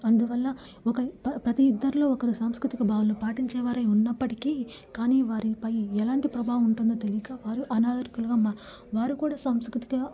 అందువల్ల ఒక ప్రతి ఇద్దరిలో ఒకరు సాంస్కృతిక భావాలు పాటించే వారే ఉన్నప్పటికీ కాని వారి పై ఎలాంటి ప్రభావం ఉంటుందో తెలియక వారు అనాగరికులుగా మ వారు కూడా సంస్కృతిక